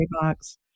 box